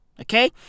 Okay